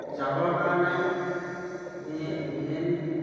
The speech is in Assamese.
যাবৰ কাৰণে মেইন